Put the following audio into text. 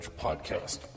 Podcast